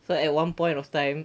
so at one point of time